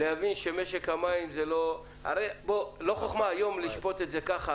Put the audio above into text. לא חוכמה לשפוט את זה ככה,